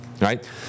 right